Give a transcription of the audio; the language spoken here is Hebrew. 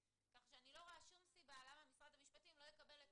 כך שאני לא רואה שום סיבה למה משרד המשפטים לא יקבל את